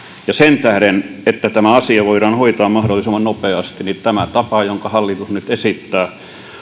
sen tähden että tämä asia voidaan hoitaa mahdollisimman nopeasti tämä tapa jonka hallitus nyt esittää